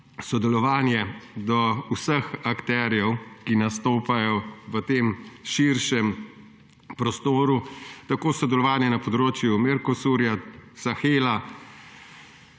sodelovanje vseh akterjev, ki nastopajo v tem širšem prostoru, tako sodelovanje na področju Mercosura, Sahela,